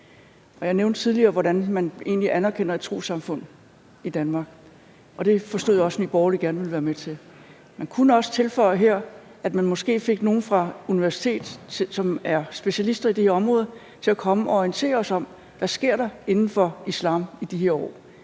jeg nævnte tidligere, hvordan man egentlig anerkender et trossamfund i Danmark. Det forstod jeg også Nye Borgerlige gerne ville være med til. Man kunne her også tilføje, at man måske kunne få nogle fra universitetet, som er specialister på det her område, til at komme og orientere os om, hvad der sker inden for islam i de her år,